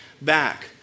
back